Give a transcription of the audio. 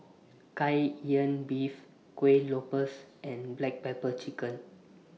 Kai Lan Beef Kuih Lopes and Black Pepper Chicken